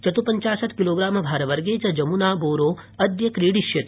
चतुः पंचाशत् किलोग्रामभारवर्गे च जमुना बोरो अद्य क्रीडिष्यति